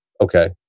okay